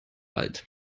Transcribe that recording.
alt